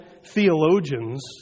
theologians